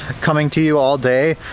coming to you all day.